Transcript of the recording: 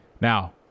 Now